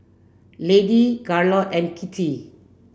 Lady Garold and Kitty